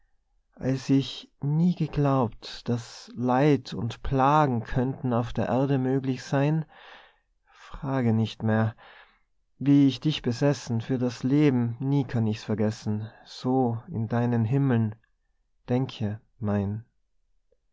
als ich nie geglaubt daß leid und plagen könnten auf der erde möglich sein frage nicht mehr wie ich dich besessen für das leben nie kann ich's vergessen so in deinen himmeln denke mein